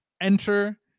enter